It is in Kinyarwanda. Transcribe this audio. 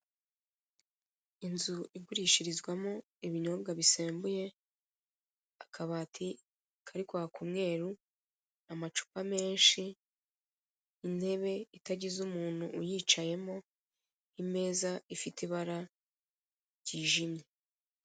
Inzu igurishirizwamo ibinyobwa bisembuye, akabati kari kwaka umweru, amacupa menshi, intebe itagize umuntu uyicayemo, imeza ifite ibara ryijimye.